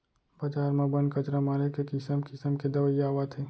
बजार म बन, कचरा मारे के किसम किसम के दवई आवत हे